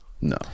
No